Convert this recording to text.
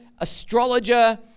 astrologer